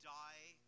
die